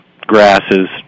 grasses